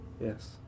yes